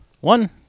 One